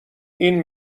این